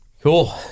Cool